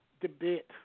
debate